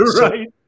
Right